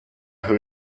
who